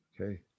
Okay